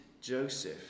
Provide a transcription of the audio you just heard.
Joseph